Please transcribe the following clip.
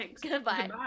Goodbye